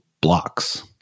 blocks